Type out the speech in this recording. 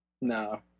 No